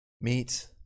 Meet